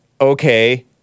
okay